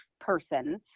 person